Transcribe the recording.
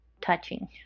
touching